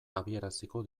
abiaraziko